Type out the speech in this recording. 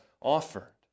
offered